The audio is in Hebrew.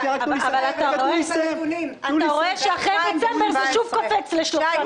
שנייה --- אבל אתה רואה שאחרי דצמבר זה שוב קופץ --- שנייה,